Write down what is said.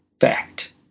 fact